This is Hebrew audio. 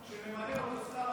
אמרת שהוא איש של דרעי ואיש של ש"ס.